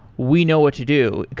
we know what to do.